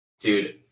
Dude